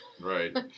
Right